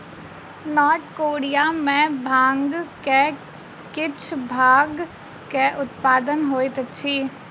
north Korea में भांगक किछ भागक उत्पादन होइत अछि